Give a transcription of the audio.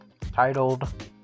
Titled